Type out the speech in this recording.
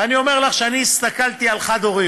ואני אומר לך שאני הסתכלתי על חד-הוריות,